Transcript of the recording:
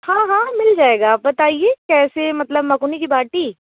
हाँ हाँ मिल जाएगा आप बताइए कैसे मतलब मकुनी की बाटी